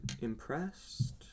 impressed